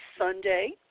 Sunday